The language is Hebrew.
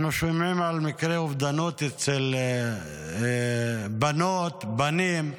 אנחנו שומעים על מקרי אובדנות אצל בנות, בנים,